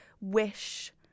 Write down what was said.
wish